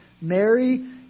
Mary